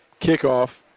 kickoff